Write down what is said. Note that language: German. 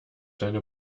deine